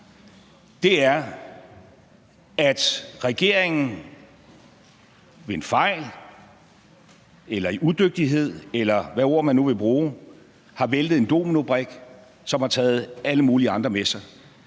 godt er, at regeringen ved en fejl eller i udygtighed, eller hvad ord man nu vil bruge, har væltet en dominobrik, som har taget alle mulige andre med sig;